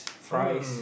fries